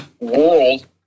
world